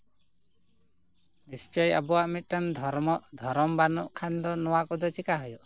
ᱱᱤᱥᱪᱳᱭ ᱟᱵᱚᱣᱟᱜ ᱢᱤᱫᱴᱟᱱ ᱫᱷᱚᱨᱢᱚ ᱫᱷᱚᱨᱚᱢ ᱵᱟᱹᱱᱩᱜ ᱠᱷᱟᱱ ᱫᱚ ᱱᱚᱣᱟ ᱠᱚᱫᱚ ᱪᱮᱠᱟ ᱦᱩᱭᱩᱜᱼᱟ